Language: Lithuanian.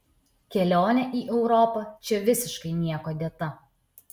kelionė į europą čia visiškai niekuo dėta